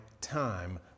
time